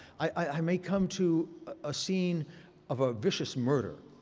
i may come to a scene of a vicious murder,